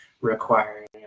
requiring